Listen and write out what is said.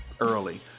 early